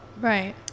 right